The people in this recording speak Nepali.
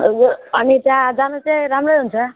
अनि त्यहाँ जानु चाहिँ राम्रै हुन्छ